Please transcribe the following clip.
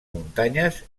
muntanyes